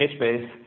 HBase